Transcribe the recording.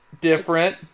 different